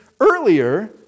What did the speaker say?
earlier